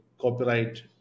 copyright